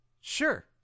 Sure